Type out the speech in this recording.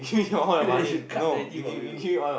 they should cut twenty from you